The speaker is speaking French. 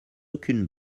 aucune